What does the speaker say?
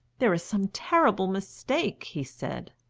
there is some terrible mistake, he said.